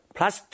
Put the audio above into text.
Plus